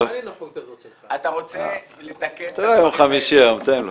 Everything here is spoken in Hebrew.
אתה רוצה לתקן --- יום חמישי היום, תן לו.